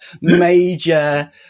major